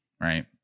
right